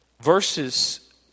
Verses